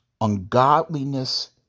ungodliness